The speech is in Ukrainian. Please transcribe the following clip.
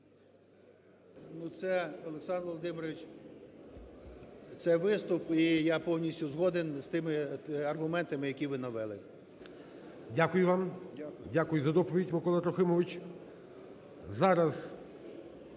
це, Олександр Володимирович, це виступ. І я повністю згоден з тими аргументами, які ви навели. ГОЛОВУЮЧИЙ. Дякую вам. Дякую за доповідь, Микола Трохимович.